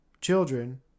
children